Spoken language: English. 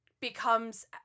becomes